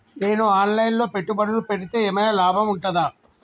నేను online లో పెట్టుబడులు పెడితే ఏమైనా లాభం ఉంటదా?